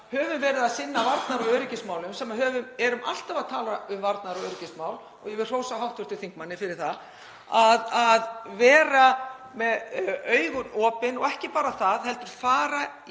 höfum verið að sinna varnar- og öryggismálum, sem erum alltaf að tala um varnar- og öryggismál — og ég vil hrósa hv. þingmanni fyrir það — að vera með augun opin og ekki bara það heldur fara